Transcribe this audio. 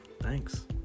Thanks